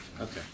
Okay